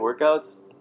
workouts